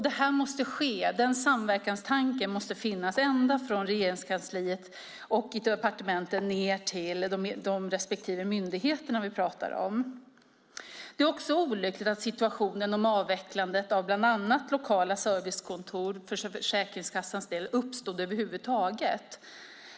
Det måste ske och den samverkanstanken måste finnas ända från Regeringskansliet och departementen ned till de respektive myndigheter vi talar om. Det är också olyckligt att situationen med bland annat avvecklandet av lokala servicekontor för Försäkringskassans del uppstod över huvud taget.